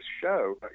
show